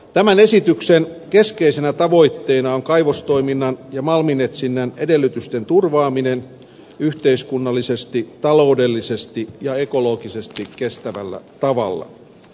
tämän esityksen keskeisenä tavoitteena on kaivostoiminnan ja malminetsinnän edellytysten turvaaminen yhteiskunnallisesti taloudellisesti ja ekologisesti kestävällä tavalla